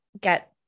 get